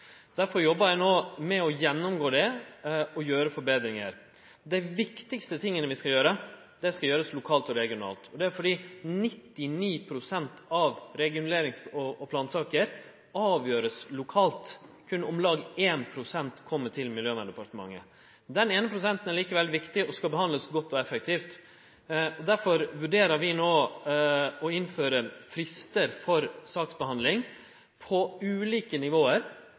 Derfor jobbar eg no med å gjennomgå dette og å gjere betringar. Det viktigaste vi skal gjere, skal verte gjort lokalt og regionalt. Det er fordi 99 pst. av regulerings- og plansaker vert avgjorde lokalt. Berre om lag 1 pst. kjem til Miljøverndepartementet. Den eine prosenten er likevel viktig, og skal verte behandla godt og effektivt. Derfor vurderer vi no å innføre fristar for saksbehandling på ulike